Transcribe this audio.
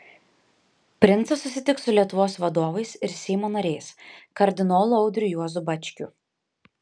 princas susitiks su lietuvos vadovais ir seimo nariais kardinolu audriu juozu bačkiu